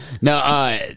No